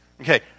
Okay